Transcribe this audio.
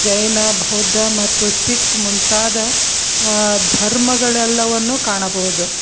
ಜೈನ ಭೌದ್ಧ ಮತ್ತು ಸಿಖ್ ಮುಂತಾದ ಧರ್ಮಗಳೆಲ್ಲವನ್ನೂ ಕಾಣಬಹುದು